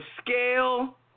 scale